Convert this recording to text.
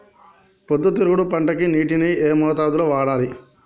పొద్దుతిరుగుడు పంటకి నీటిని ఏ మోతాదు లో వాడాలి?